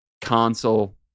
console